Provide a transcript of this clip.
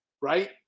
right